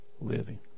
living